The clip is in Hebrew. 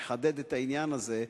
תחדד את העניין הזה,